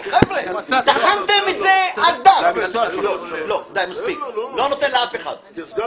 אני חושב שיש פה אכן הבחנה רלוונטית בין המדיות השונות בכפוף לכך